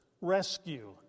rescue